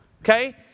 Okay